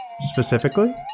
specifically